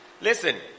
Listen